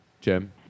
Jim